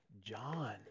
John